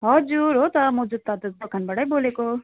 हजुर हो त म जुत्ता दोकानबाटै बोलेको